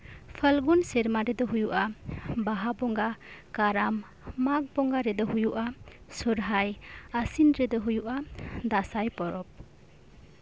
ᱯᱷᱟᱹᱞᱜᱩᱱ ᱥᱮᱨᱢᱟ ᱨᱮᱫᱚ ᱦᱩᱭᱩᱜᱼᱟ ᱵᱟᱦᱟ ᱵᱚᱝᱜᱟ ᱠᱟᱨᱟᱢ ᱢᱟᱜᱷ ᱵᱚᱸᱜᱟ ᱨᱮᱫᱚ ᱦᱩᱭᱩᱜᱼᱟ ᱥᱚᱨᱦᱟᱭ ᱟᱨ ᱟᱥᱤᱱ ᱨᱮᱫᱚ ᱦᱩᱭᱩᱜᱼᱟ ᱫᱟᱸᱥᱟᱭ ᱯᱚᱨᱚᱵᱽ